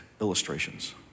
illustrations